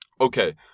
Okay